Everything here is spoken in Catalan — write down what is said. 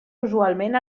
usualment